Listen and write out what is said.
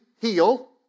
heal